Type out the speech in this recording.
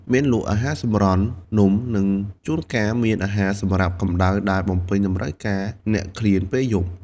មានលក់ អាហារសម្រន់ នំ និងជួនកាលមានអាហារសម្រាប់កម្ដៅដែលបំពេញតម្រូវការអ្នកឃ្លានពេលយប់។